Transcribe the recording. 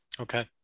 Okay